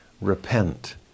Repent